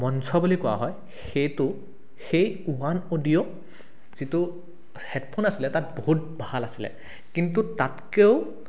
মঞ্চ বুলি কোৱা হয় সেইটো সেই ওৱান অডিঅ' যিটো হেডফোন আছিলে তাত বহুত ভাল আছিলে কিন্তু তাতকেও